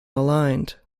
aligned